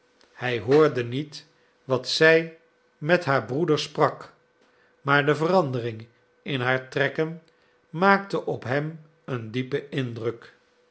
hij hoorde niet wat zij met haar broeder sprak maar de verandering in haar trekken maakte op hem een diepen indruk